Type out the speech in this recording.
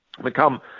become